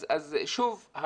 אז שוב,